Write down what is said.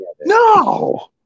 no